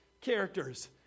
characters